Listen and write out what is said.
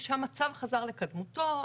היא שהמצב חזר לקדמותו,